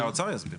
האוצר יסביר.